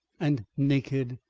and naked,